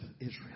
Israel